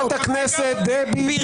--- חברת הכנסת דבי ביטון.